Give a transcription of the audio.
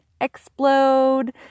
explode